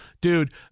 dude